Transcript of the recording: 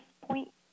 point